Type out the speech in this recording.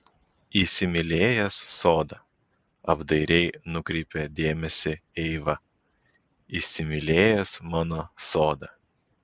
įsimylėjęs sodą apdairiai nukreipė dėmesį eiva įsimylėjęs mano sodą